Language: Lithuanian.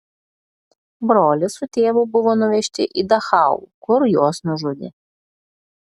brolis su tėvu buvo nuvežti į dachau kur juos nužudė